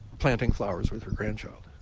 planting flower with her grandchild.